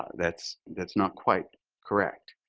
that's that's not quite correct.